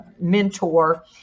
mentor